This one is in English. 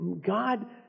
God